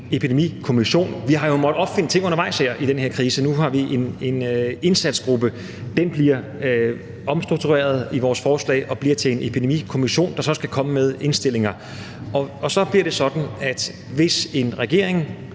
epidemikommission. Vi har jo måttet opfinde ting undervejs i den her krise. Nu har vi en indsatsgruppe – den bliver omstruktureret i vores forslag og bliver til en epidemikommission, der så skal komme med indstillinger. Og så bliver det sådan, at hvis en kommende